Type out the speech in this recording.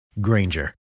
Granger